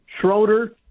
Schroeder